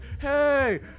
Hey